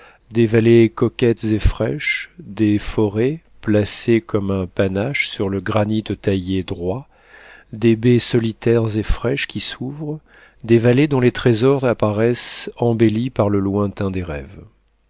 des vallées coquettes et fraîches des forêts placées comme un panache sur le granit taillé droit des baies solitaires et fraîches qui s'ouvrent des vallées dont les trésors apparaissent embellis par le lointain des rêves